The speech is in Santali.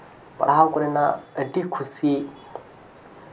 ᱯᱟᱲᱦᱟᱣ ᱠᱚᱨᱮᱱᱟᱜ ᱟᱹᱰᱤ ᱠᱷᱩᱥᱤ